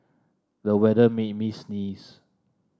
the weather made me sneeze